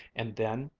and then,